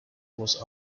was